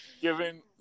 given